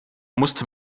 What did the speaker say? musste